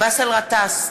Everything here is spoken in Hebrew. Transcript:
באסל גטאס,